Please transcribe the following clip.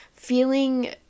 feeling